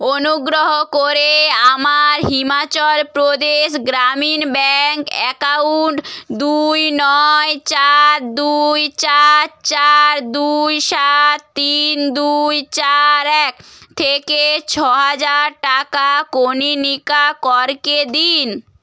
অনুগ্রহ করে আমার হিমাচল প্রদেশ গ্রামীণ ব্যাংক অ্যাকাউন্ট দুই নয় চার দুই চার চার দুই সাত তিন দুই চার এক থেকে ছ হাজার টাকা কনীনিকা করকে দিন